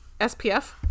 SPF